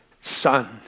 son